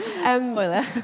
Spoiler